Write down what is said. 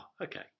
okay